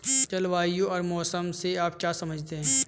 जलवायु और मौसम से आप क्या समझते हैं?